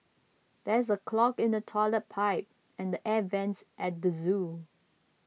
there is a clog in the Toilet Pipe and the Air Vents at the zoo